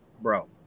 bro